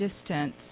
distance